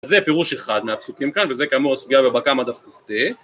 זה פירוש אחד מהפסוקים כאן, וזה כאמור הסוגיה בבבא קמא דף ק"ט,